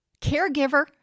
caregiver